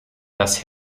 dass